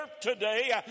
today